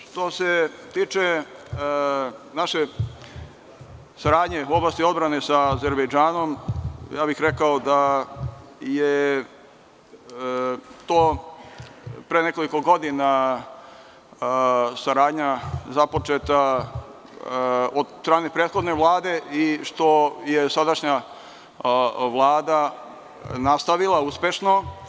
Što se tiče naše saradnje u oblasti odbrane sa Azerbejdžanom, ja bih rekao da je to pre nekoliko godina saradnja započeta od strane prethodne Vlade i što je sadašnja Vlada nastavila uspešno.